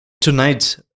Tonight